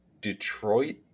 Detroit